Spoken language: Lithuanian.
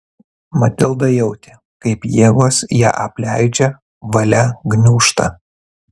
matilda jautė kaip jėgos ją apleidžia valia gniūžta